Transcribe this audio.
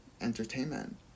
entertainment